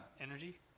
Energy